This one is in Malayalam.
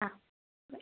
ആ ബൈ